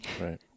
Right